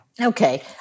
Okay